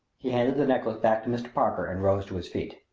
he handed the necklace back to mr. parker and rose to his feet.